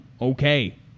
Okay